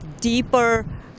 deeper